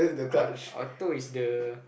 aut~ auto is the